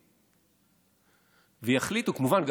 כמובן,